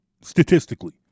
statistically